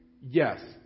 yes